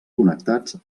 connectats